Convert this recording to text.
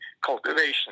cultivation